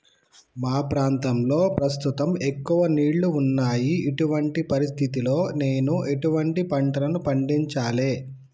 మా ప్రాంతంలో ప్రస్తుతం ఎక్కువ నీళ్లు ఉన్నాయి, ఇటువంటి పరిస్థితిలో నేను ఎటువంటి పంటలను పండించాలే?